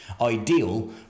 ideal